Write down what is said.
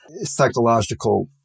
psychological